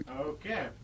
Okay